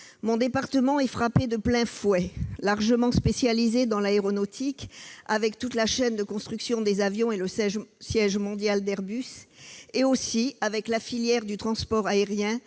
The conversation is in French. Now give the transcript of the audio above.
Mon département est frappé de plein fouet. Largement spécialisée dans l'aéronautique, avec toute la chaîne de construction des avions, le siège mondial d'Airbus, la filière du transport aérien,